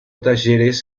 talleres